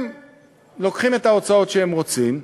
הם לוקחים את ההוצאות שהם רוצים,